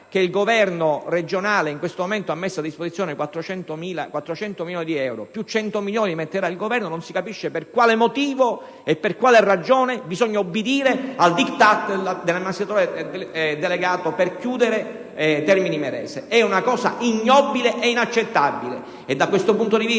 in questo momento ha messo a disposizione 400 milioni di euro e altri 100 milioni di euro li metterà il Governo. Non si capisce per quale motivo bisogna obbedire al diktat dell'amministratore delegato e chiudere Termini Imerese: è una cosa ignobile e inaccettabile!